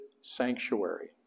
sanctuary